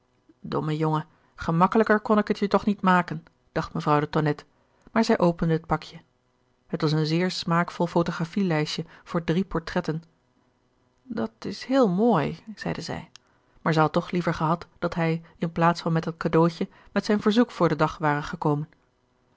domme jongen gemakkelijker kon ik het je toch niet maken dacht mevrouw de tonnette maar zij opende het pakje het was een zeer smaakvol fotografielijstje voor drie portretten dat is heel mooi zeide zij maar zij had toch liever gehad dat hij in plaats van met dat cadeautje met zijn verzoek voor den dag ware gekomen